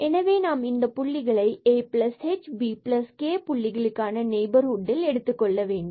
எனவே நாம் இந்தப் புள்ளிகளை இந்த ah and bk புள்ளிக்கான Pab நெய்பர்ஹுட்டில் எடுத்துக்கொள்ள வேண்டும்